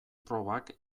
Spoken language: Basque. probak